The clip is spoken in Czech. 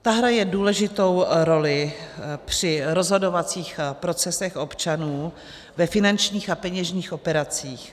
Ta hraje důležitou roli při rozhodovacích procesech občanů ve finančních a peněžních operacích.